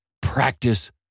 practice